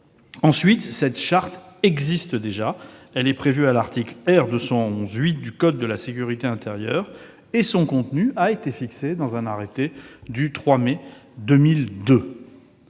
Ensuite, cette charte existe déjà : elle est prévue par l'article R. 211-8 du code de la sécurité intérieure et son contenu a été fixé dans un arrêté du 3 mai 2002.